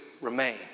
remain